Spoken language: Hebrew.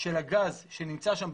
של הגז שנמצא שם,